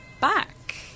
back